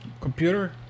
Computer